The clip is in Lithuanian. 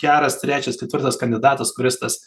geras trečias ketvirtas kandidatas kuris tas